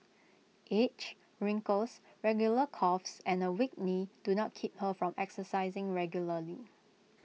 age wrinkles regular coughs and A weak knee do not keep her from exercising regularly